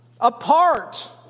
Apart